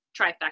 trifecta